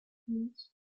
problems